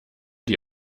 die